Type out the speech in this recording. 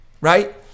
right